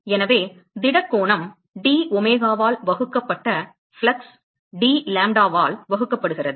எனவே திடக் கோண d ஒமேகாவால் வகுக்கப்பட்ட ஃப்ளக்ஸ் d லாம்ப்டாவால் வகுக்கப்படுகிறது